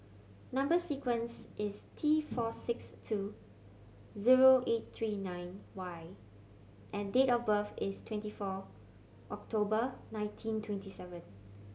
number sequence is T four six two zero eight three nine Y and date of birth is twenty four October nineteen twenty seven